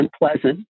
unpleasant